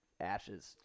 ashes